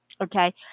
Okay